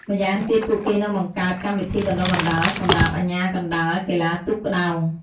ម៉្យាងទៀតពួកគេនឹងបង្កើតកម្មវិធីបណ្ដុះបណ្ដាលសម្រាប់អាជ្ញាកណ្ដាលកីឡាទូកក្ដោង។